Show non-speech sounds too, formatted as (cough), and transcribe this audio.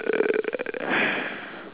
uh (breath)